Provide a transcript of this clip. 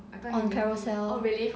on carousell